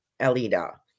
alida